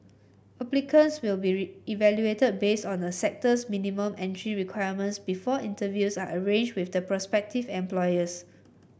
applicants will be evaluated based on a sector's minimum entry requirements before interviews are arranged with the prospective employers